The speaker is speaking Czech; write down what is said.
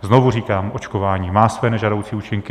Znovu říkám, očkování má své nežádoucí účinky.